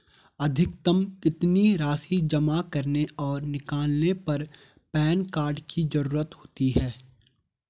अधिकतम कितनी राशि जमा करने और निकालने पर पैन कार्ड की ज़रूरत होती है?